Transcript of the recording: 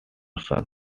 sons